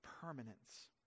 permanence